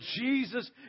Jesus